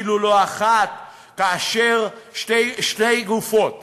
אפילו לא אחת, כאשר שתי גופות